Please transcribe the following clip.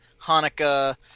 Hanukkah